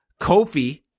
Kofi